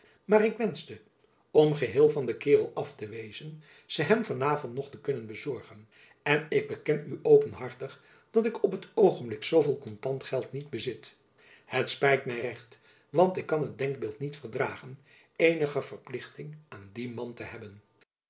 maar ik wenschte om geheel van den kaerel af te wezen ze hem van avond nog te kunnen bezorgen en ik beken u openhartig dat ik op t oogenblik zooveel kontant geld niet bezit het spijt my recht want ik kan het denkbeeld niet verdragen eenige verplichting aan dien man te hebben